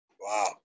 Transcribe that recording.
Wow